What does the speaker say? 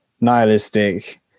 nihilistic